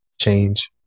change